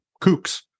kooks